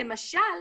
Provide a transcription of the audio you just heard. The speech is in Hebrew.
למשל,